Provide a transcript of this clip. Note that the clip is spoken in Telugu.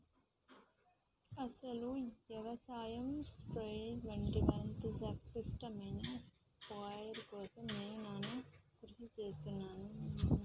అసలు యవసాయ స్ప్రయెర్ వంటి మరింత సంక్లిష్టమైన స్ప్రయెర్ కోసం నేను సానా కృషి సేస్తున్నాను